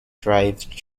drive